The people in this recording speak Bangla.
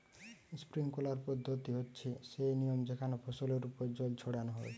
স্প্রিংকলার পদ্ধতি হচ্ছে সেই নিয়ম যেখানে ফসলের ওপর জল ছড়ানো হয়